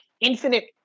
infinite